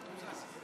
נא להצביע.